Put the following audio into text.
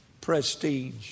prestige